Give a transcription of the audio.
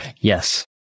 Yes